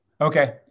Okay